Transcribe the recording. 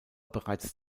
bereits